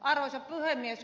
arvoisa puhemies